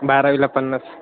बारावीला पन्नास